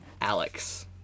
Alex